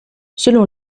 selon